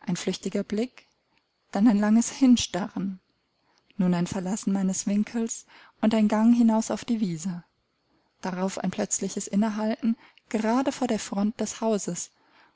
ein flüchtiger blick dann ein langes hinstarren nun ein verlassen meines winkels und ein gang hinaus auf die wiese darauf ein plötzliches innehalten gerade vor der front des hauses